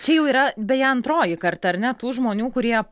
čia jau yra beje antroji karta ar ne tų žmonių kurie